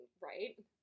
Right